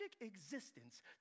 existence